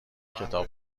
کتاب